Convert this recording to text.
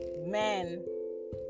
men